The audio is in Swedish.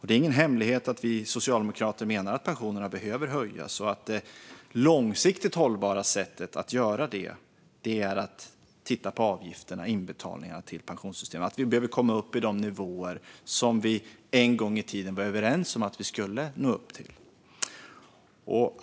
Det är ingen hemlighet att vi socialdemokrater menar att pensionerna behöver höjas och att det långsiktigt hållbara sättet att göra detta är att titta på avgifterna och inbetalningarna till pensionssystemet. Vi behöver komma upp i de nivåer som vi en gång i tiden var överens om att vi skulle nå upp till.